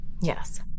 yes